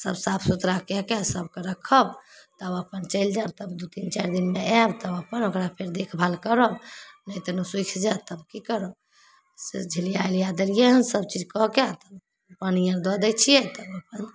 सभ साफ सुथरा कए कऽ सभके रखब तब अपन चलि जायब तब दू तीन चारि दिनमे आयब तऽ अपन ओकरा फेर देखभाल करब नहि तऽ सुखि जायत तऽ की करब से झिलिए इलिए दलियै हँ सभचीज कऽ के आ तब पानि आर दऽ दै छियै तब अपन